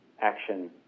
action